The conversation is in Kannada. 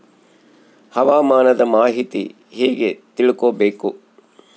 ಹವಾಮಾನದ ಮಾಹಿತಿ ಹೇಗೆ ತಿಳಕೊಬೇಕು?